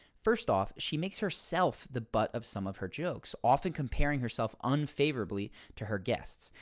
first off, she makes herself the butt of some of her jokes often comparing herself unfavorably to her guests.